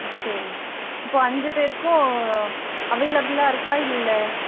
சரிங்க இப்போது அஞ்சு பேருக்கும் அவைலபுலாக இருக்கா இல்லை